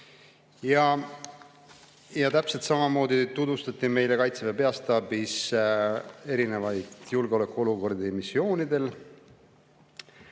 Täpselt samamoodi tutvustati meile Kaitseväe peastaabis erinevaid julgeolekuolukordi missioonidel.